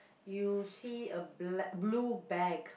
you see a black blue bag